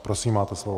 Prosím, máte slovo.